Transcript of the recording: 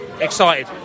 excited